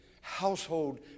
household